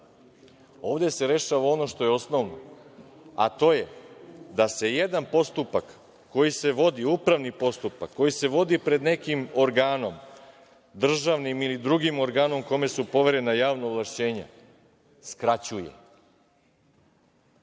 Ovde se rešava ono što je osnovno, a to je da se jedan postupak, koji se vodi, upravni postupak, koji se vodi pred nekim organom, državnim ili drugim organom kome su poverena javna ovlašćenja skraćuje